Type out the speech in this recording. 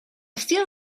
still